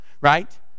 Right